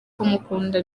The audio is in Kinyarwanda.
kumukunda